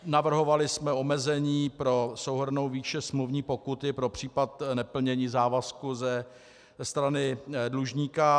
Navrhovali jsme omezení pro souhrnnou výši smluvní pokuty pro případ neplnění závazku ze strany dlužníka.